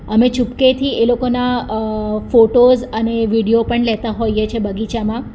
અમે ચૂપકેથી એ લોકોના ફોટોઝ અને વિડીયો પણ લેતા હોઈએ છીએ બગીચામાં